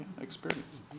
experience